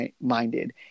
minded